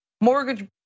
Mortgage